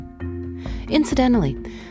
Incidentally